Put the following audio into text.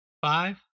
five